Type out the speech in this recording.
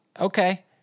Okay